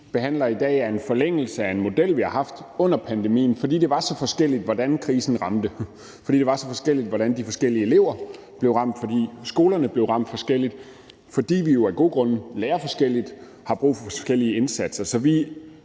behandler i dag, er en forlængelse af en model, som vi har haft under pandemien, fordi det var så forskelligt, hvordan krisen ramte, fordi det var så forskelligt, hvordan de forskellige elever blev ramt, fordi skolerne blev ramt forskelligt, fordi vi jo af gode grunde lærer forskelligt og har brug for forskellige indsatser. Så vi